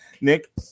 Nick